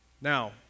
Now